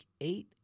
eight